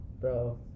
Bro